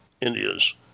India's